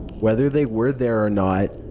whether they were there or not,